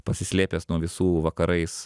pasislėpęs nuo visų vakarais